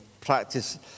practice